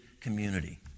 community